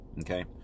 okay